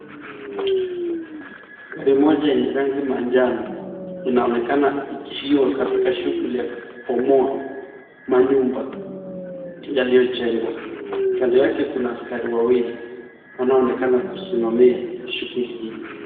Gari moja yenye rangi manjano inaonekana ikiwa katika shughuli ya kuboma manyumba yaliyojengwa. Kitanda yake kuna askari wawili wanaoonekana kusimamia shughuli hii.